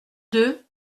deux